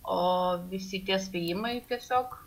o visi tie spėjimai tiesiog